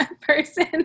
person